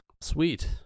Sweet